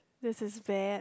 this is bad